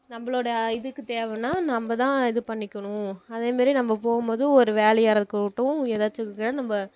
நம்பளோடய இதுக்கு தேவைனா நம்பதான் இது பண்ணிக்கணும் அதே மாதிரி நம்ம போகும்போது ஒரு வேலையாருக்கட்டும் ஏதாச்சும் நம்ப